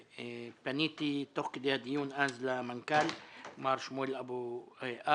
פניתי תוך כדי הדיון אז למנכ"ל מר שמואל אבוהב